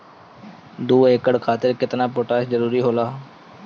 दु एकड़ खेती खातिर केतना पोटाश के जरूरी होला?